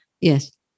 Yes